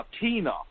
Tina